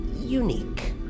unique